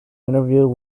interview